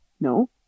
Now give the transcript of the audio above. No